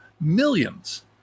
Millions